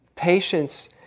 Patience